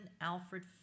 Alfred